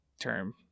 term